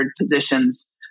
positions